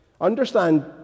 Understand